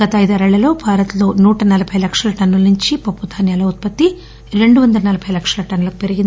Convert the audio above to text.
గత ఐదారేళ్లలో భారత్ లో నూట నలబై లక్షల టన్నుల నుంచి పప్పు ధాన్యాల ఉత్పత్తి రెండు వందల నలబై లక్షల టన్ను లకు పెరిగింది